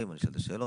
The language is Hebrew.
נוהל?